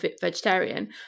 vegetarian